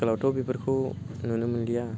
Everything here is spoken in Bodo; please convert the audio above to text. आथिखालावथ' बेफोरखौ नुनो मोनलिया